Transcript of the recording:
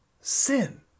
sin